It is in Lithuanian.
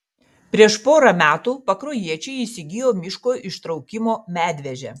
prieš pora metų pakruojiečiai įsigijo miško ištraukimo medvežę